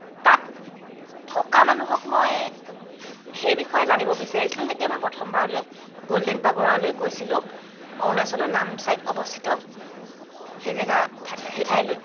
তাত থকা মানুহক মই সেই বিষয়ে জানিব বিচাৰিছিলো যেতিয়া মই প্ৰথমবাৰলৈ গল্ডেন পেগোডালৈ গৈছিলো অৰুণাচলৰ নামচাইত অৱস্থিত সেই জেগা সেই ঠাইলৈ